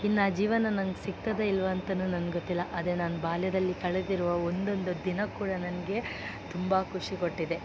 ಇನ್ನು ಆ ಜೀವನ ನಂಗೆ ಸಿಗ್ತದಾ ಇಲ್ವಾ ಅಂತಲೂ ನನ್ಗೆ ಗೊತ್ತಿಲ್ಲ ಆದರೆ ನಾನು ಬಾಲ್ಯದಲ್ಲಿ ಕಳೆದಿರುವ ಒಂದೊಂದು ದಿನ ಕೂಡ ನನಗೆ ತುಂಬ ಖುಷಿ ಕೊಟ್ಟಿದೆ